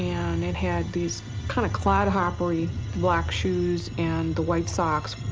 and it had these kind of clodhoppery black shoes and the white socks.